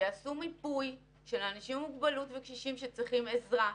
שיעשו מיפוי של האנשים עם מוגבלות וקשישים שצריכים עזרה,